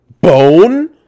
Bone